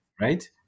right